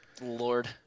Lord